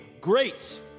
great